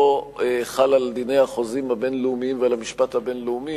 לא חל על דיני החוזים הבין-לאומיים ועל המשפט הבין-לאומי,